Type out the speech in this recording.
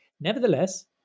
Nevertheless